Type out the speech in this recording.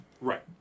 Right